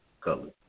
colors